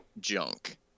junk